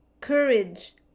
courage